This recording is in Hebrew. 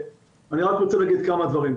אני רק רוצה להגיד כמה דברים,